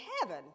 heaven